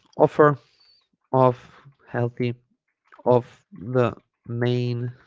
offer of healthy of the main